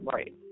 Right